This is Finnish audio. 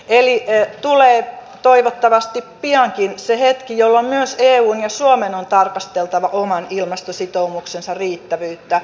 eli tulee toivottavasti piankin se hetki jolloin myös eun ja suomen on tarkasteltava oman ilmastositoumuksensa riittävyyttä